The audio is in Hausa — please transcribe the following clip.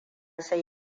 sai